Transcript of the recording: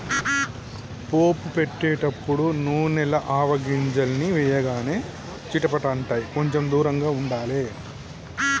పోపు పెట్టేటపుడు నూనెల ఆవగింజల్ని వేయగానే చిటపట అంటాయ్, కొంచెం దూరంగా ఉండాలే